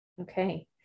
Okay